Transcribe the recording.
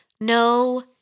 no